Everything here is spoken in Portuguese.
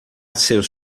seus